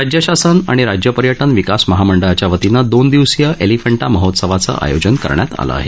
राज्य शासन आणि राज्य पर्यटन विकास महामंडळाच्या वतीनं दोन दिवसीय एलिफन्टा महोत्सवाचं आयोजन करण्यात आलं आहे